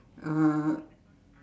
uh